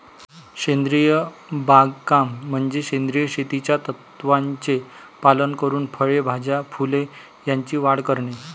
सेंद्रिय बागकाम म्हणजे सेंद्रिय शेतीच्या तत्त्वांचे पालन करून फळे, भाज्या, फुले यांची वाढ करणे